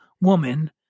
woman